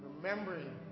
remembering